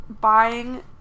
buying